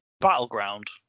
Battleground